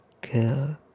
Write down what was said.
girl